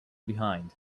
behind